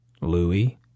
Louis